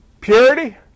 Purity